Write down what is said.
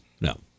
No